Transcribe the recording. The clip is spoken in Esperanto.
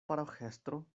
paroĥestro